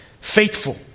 faithful